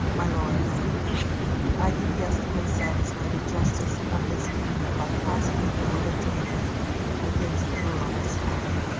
my lords i did yesterday satisfy the justice of this kingdom by passing the bill of attainder against the earl of strafford